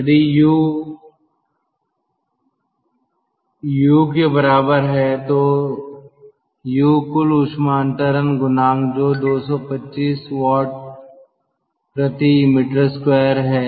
यदि U U के बराबर है तो U कुल ऊष्मा अन्तरण गुणांक जो 225 W m2 है